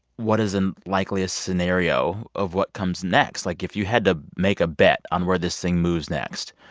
what is in likely a scenario of what comes next? like, if you had to make a bet on where this thing moves next,